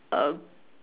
err